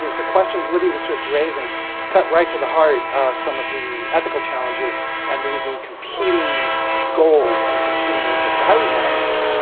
the questions libbie was just raising cut right to the heart of some of the ethical challenges and the the competing goals and competing interests. so, how do we manage that?